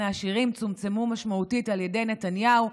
העשירים צומצמו משמעותית על ידי נתניהו,